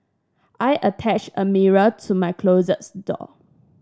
I attached a mirror to my closet door